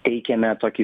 teikiame tokį